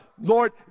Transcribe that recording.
lord